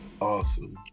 Awesome